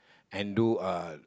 and do uh